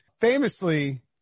famously –